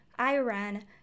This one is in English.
Iran